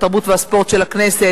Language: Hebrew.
התרבות והספורט של הכנסת,